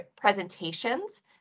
presentations